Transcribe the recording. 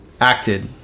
Acted